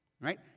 Right